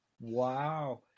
Wow